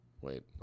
Wait